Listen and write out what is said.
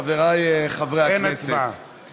חבריי חברי הכנסת, אין הצבעה.